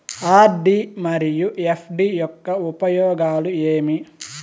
RD మరియు FD యొక్క ఉపయోగాలు ఏమి?